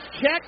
check